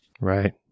Right